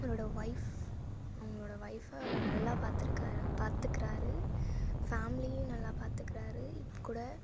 அவரோடய ஒய்ஃப் அவங்களோடய ஒய்ஃப்பை அவர் நல்லா பார்த்துருக்கார் பார்த்துக்குறாரு ஃபேமிலியும் நல்லா பார்த்துக்குறாரு இப்போக்கூட